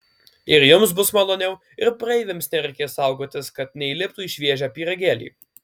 ir jums bus maloniau ir praeiviams nereikės saugotis kad neįliptų į šviežią pyragėlį